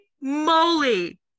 moly